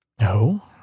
no